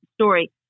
story